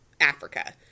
Africa